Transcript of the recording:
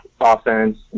offense